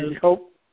Hope